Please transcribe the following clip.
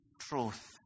truth